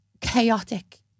chaotic